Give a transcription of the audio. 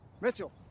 Mitchell